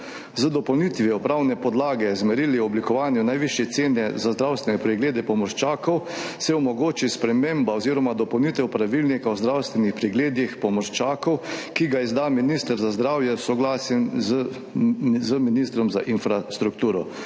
Z dopolnitvijo pravne podlage z merili o oblikovanju najvišje cene za zdravstvene preglede pomorščakov se omogoči sprememba oziroma dopolnitev Pravilnika o zdravstvenih pregledih pomorščakov, ki ga izda minister za zdravje s soglasjem ministra za infrastrukturo.